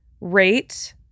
rate